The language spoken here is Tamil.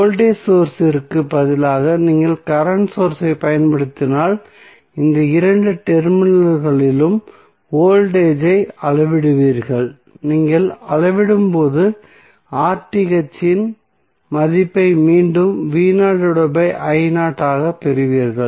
வோல்டேஜ் சோர்ஸ் இற்குப் பதிலாக நீங்கள் கரண்ட் சோர்ஸ் ஐப் பயன்படுத்தினால் இந்த இரண்டு டெர்மினல்களிலும் வோல்டேஜ் ஐ அளவிடுவீர்கள் நீங்கள் அளவிடும்போது இன் மதிப்பை மீண்டும் ஆகப் பெறுவீர்கள்